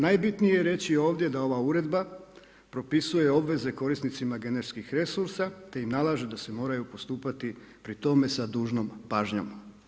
Najbitnije je reći ovdje da ova uredba propisuje obveze korisnicima genetskih resursa te im nalaže da se moraju postupati pri tome sa dužnom pažnjom.